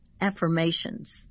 affirmations